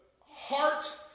heart